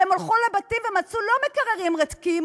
שהן הלכו לבתים ומצאו לא מקררים ריקים,